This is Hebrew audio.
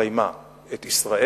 הרי מה, לישראל,